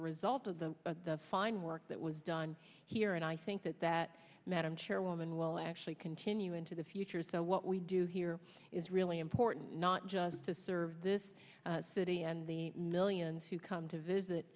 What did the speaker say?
a result of the fine work that was done here and i think that that madam chairwoman well actually continue into the future so what we do here is really important not just to serve this city and the millions who come to visit